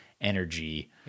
energy